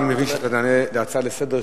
אני מבין שאתה תענה על הצעה